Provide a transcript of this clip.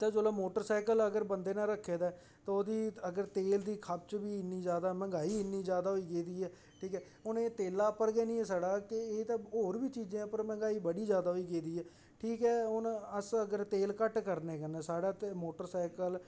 ते चलो motorcycle अगर बंदे ने रक्खे दा ऐ चलो ओहदी अगर तेल दी खपत बी इन्नी ज्यादा मंहगाई इन्नी ज्यादा होई गेदी ऐ ठीक ऐ हून इन्ना तेला उप्पर गै नेईं छड़ा एह् ते होर बी चीज़ा उप्पर मंहगाई बड़ी ज्यादा होई गेदी ऐ इ'यै अगर अस तेल घट्ट करने कन्नै साढ़ा ते मोटर साइकल घट्ट